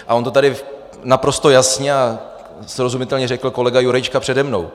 A on to tady naprosto jasně a srozumitelně řekl kolega Jurečka přede mnou.